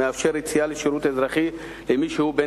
מאפשר יציאה לשירות אזרחי למי שהוא בן